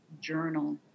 journal